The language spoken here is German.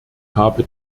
habe